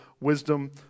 wisdom